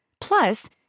Plus